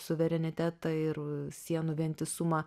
suverenitetą ir sienų vientisumą